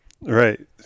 Right